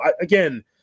again